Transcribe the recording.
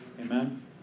Amen